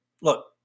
Look